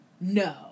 No